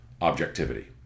objectivity